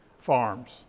farms